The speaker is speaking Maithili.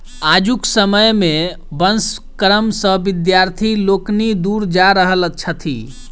आजुक समय मे वंश कर्म सॅ विद्यार्थी लोकनि दूर जा रहल छथि